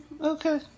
Okay